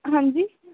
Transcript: हां जी